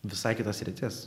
visai kita sritis